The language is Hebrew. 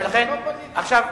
עכשיו,